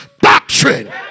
doctrine